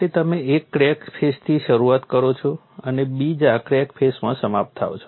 માટે તમે એક ક્રેક ફેસથી શરૂઆત કરો છો અને બીજા ક્રેક ફેસમાં સમાપ્ત થાઓ છો